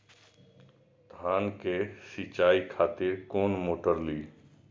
धान के सीचाई खातिर कोन मोटर ली?